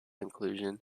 inclusion